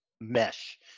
mesh